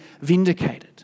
vindicated